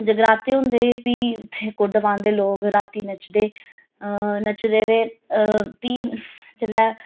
जगराते होंदे फ्ही उत्थें कुड्ड पांदे लोग रातीं नचदे नचदे ते फ्ही जेल्लै